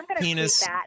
penis